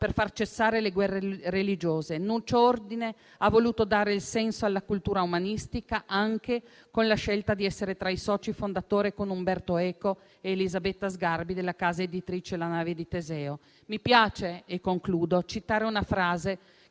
far cessare le guerre religiose. Nuccio Ordine ha voluto dare senso alla cultura umanistica anche con la scelta di essere tra i soci fondatori, con Umberto Eco e Elisabetta Sgarbi, della casa editrice La Nave di Teseo. Mi piace, in conclusione, citare una frase che